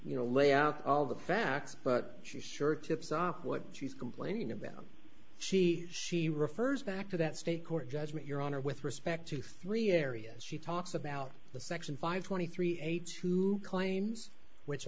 you know lay out all the facts but she sure tips off what she's complaining about she she refers back to that state court judgement your honor with respect to three areas she talks about the section five twenty three eight two claims which